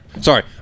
Sorry